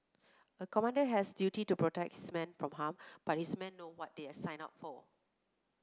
a commander has duty to protect his men from harm but his men know what they signed up for